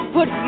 Put